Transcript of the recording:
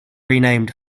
renamed